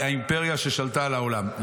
האימפריה ששלטה על העולם.